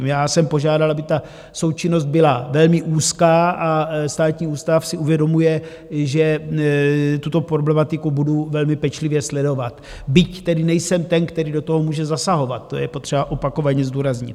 Já jsem požádal, aby ta součinnost byla velmi úzká, a Státní ústav si uvědomuje, že tuto problematiku budu velmi pečlivě sledovat, byť tedy nejsem ten, který do toho může zasahovat, to je potřeba opakovaně zdůraznit.